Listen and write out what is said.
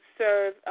serve